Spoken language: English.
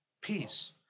peace